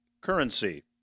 currency